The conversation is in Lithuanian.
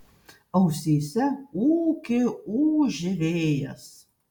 ausyse ūkė ūžė vėjas